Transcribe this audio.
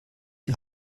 die